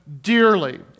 dearly